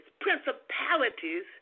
principalities